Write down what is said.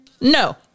No